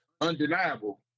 undeniable